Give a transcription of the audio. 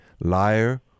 liar